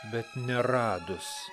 bet neradus